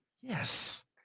yes